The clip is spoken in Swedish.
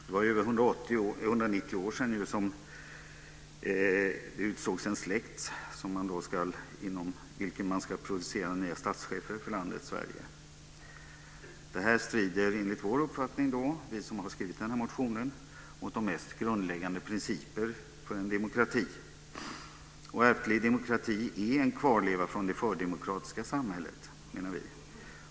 Det är över 190 år sedan det utsågs en släkt inom vilken man ska producera nya statschefer för landet Sverige. Vi som har skrivit den här motionen har uppfattningen att detta strider mot de mest grundläggande principerna för en demokrati. Ärftlig monarki är en kvarleva för det fördemokratiska samhället, menar vi.